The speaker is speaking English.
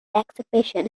exhibition